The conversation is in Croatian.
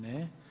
Ne.